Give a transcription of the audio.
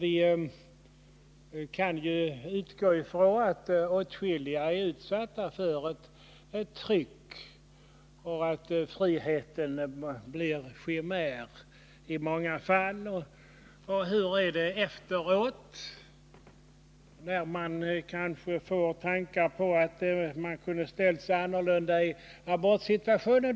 Vi kan utgå ifrån att åtskilliga är utsatta för ett tryck och att friheten blir en chimär i många fall. Hur är det efteråt när man kanske får tankar på att man kunde ha ställt sig annorlunda i abortsituationen?